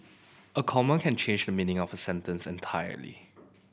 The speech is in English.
a comma can change the meaning of a sentence entirely